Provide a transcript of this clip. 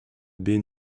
baie